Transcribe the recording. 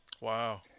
wow